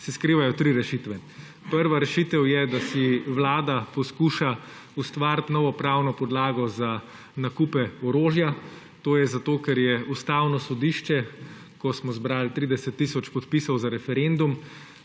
se skrivajo tri rešitve. Prva rešitev je, da si vlada poskuša ustvariti novo pravno podlago za nakupe orožja. To je zato, ker je Ustavno sodišče, ko smo zbrali 30 tisoč podpisov za referendum,